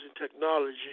technology